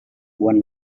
one